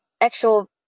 actual